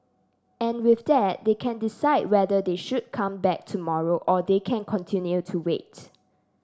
and with that they can decide whether they should come back tomorrow or they can continue to wait